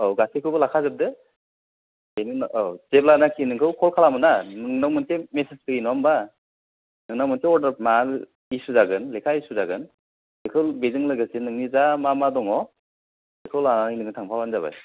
औ गासैखौबो लाखाजोबदो बेनि उनाव औ जेब्लानाखि नोंखौ कल खालामोना नोंनाव मोनसे मेसेज फैयो नङा होमबा नोंनाव मोनसे अर्डार माबा इसु जागोन लेखा इसु जागोन बेखौ बेजों लोगोसे नोंनि जा मा मा दङ बेखौ लानानै नोङो थांफाबानो जाबाय